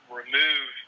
remove